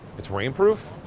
it's rainproof?